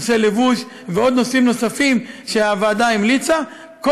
נושא הלבוש ונושאים נוספים שהוועדה המליצה בהם,